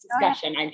discussion